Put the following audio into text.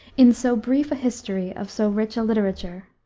in so brief a history of so rich a literature,